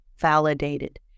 validated